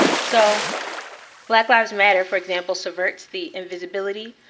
so black lives matter, for example, subverts the invisibility,